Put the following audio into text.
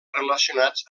relacionats